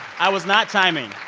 i was not timing.